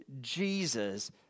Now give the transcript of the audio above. Jesus